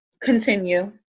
continue